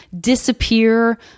disappear